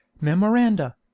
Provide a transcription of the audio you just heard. memoranda